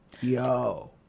Yo